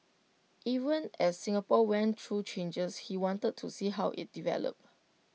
even as Singapore went through changes he wanted to see how IT developed